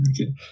Okay